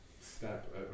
step